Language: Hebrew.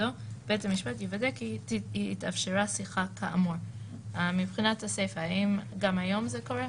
בואו נאמר את האמת --- גם בעולם האמיתי זה לא אופטימלי.